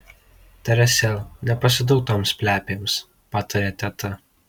teresėl nepasiduok toms plepėms patarė teta